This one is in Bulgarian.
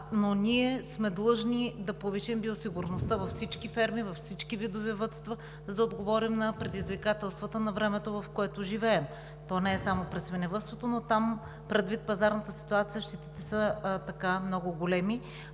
но ние сме длъжни да повишим биосигурността във всички ферми, във всички видове -въдства, за да отговорим на предизвикателствата на времето, в което живеем. То не е само при свиневъдството, но там, предвид пазарната ситуация, щетите са много големи.